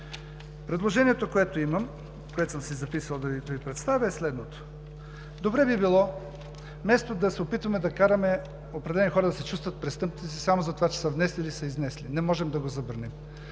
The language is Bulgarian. Предложението, което имам, което съм си записал да Ви представя, е следното. Добре би било вместо да се опитваме да караме определени хора да се чувстват престъпници само за това, че са внесли или изнесли – не можем да им го забраним,